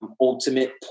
ultimate